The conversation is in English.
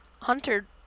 hunter